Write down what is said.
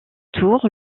tour